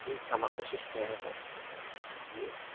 ठीकु आहे मां कोशिश कयां थो हीउ